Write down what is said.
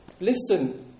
Listen